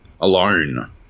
Alone